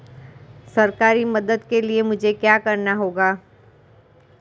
सरकारी मदद के लिए मुझे क्या करना होगा?